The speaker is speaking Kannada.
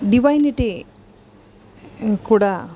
ಡಿವೈನಿಟಿ ಕೂಡ